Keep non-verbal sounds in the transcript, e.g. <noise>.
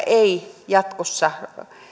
<unintelligible> ei jatkossa